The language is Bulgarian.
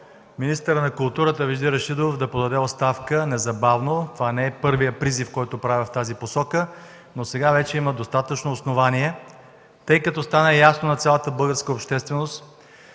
министърът на културата Вежди Рашидов да подаде незабавно оставка. Това не е първият призив, който правя в тази насока, но сега вече има достатъчно основание, тъй като стана ясно на цялата българска общественост,